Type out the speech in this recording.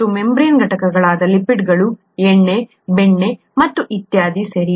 ಮತ್ತು ಮೆಂಬರೇನ್ ಘಟಕಗಳಾದ ಲಿಪಿಡ್ಗಳು ಎಣ್ಣೆ ಬೆಣ್ಣೆ ಮತ್ತು ಇತ್ಯಾದಿ ಸರಿ